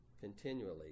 continually